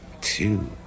Two